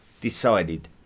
decided